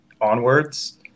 onwards